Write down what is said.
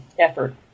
effort